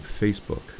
Facebook